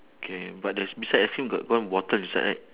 K but there's beside the ice cream got one bottle inside right